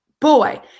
boy